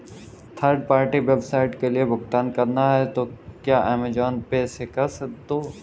third party website के लिए भुगतान करना है तो क्या अमेज़न पे से कर दो